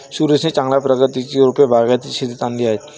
सुरेशने चांगल्या प्रतीची रोपे बागायती शेतीत आणली आहेत